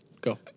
Go